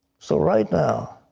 so right now,